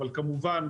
אבל כמובן,